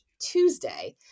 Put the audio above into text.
Tuesday